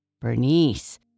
Bernice